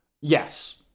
Yes